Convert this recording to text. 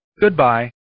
Goodbye